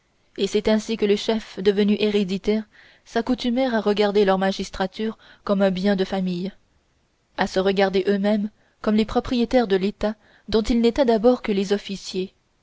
et c'est ainsi que les chefs devenus héréditaires s'accoutumèrent à regarder leur magistrature comme un bien de famille à se regarder eux-mêmes comme les propriétaires de l'état dont ils n'étaient d'abord que les officiers